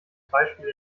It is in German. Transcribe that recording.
beispiel